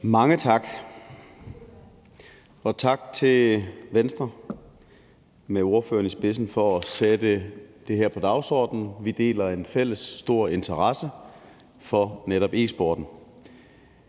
Mange tak. Og tak til Venstre med ordføreren i spidsen for at sætte det her på dagsordenen. Vi deler en stor interesse for netop e-sporten.